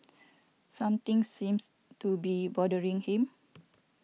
something seems to be boltering him